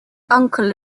uncle